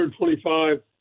125